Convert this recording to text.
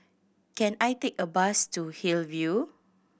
can I take a bus to Hillview